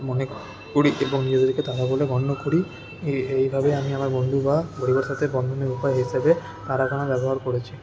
মনে করি এবং নিজেদেরকে তারা বলে গণ্য করি এই এইভাবে আমি আমার বন্ধু বা পরিবারের সাথে বন্ধনের উপায় হিসাবে তারা গোনা ব্যবহার করেছি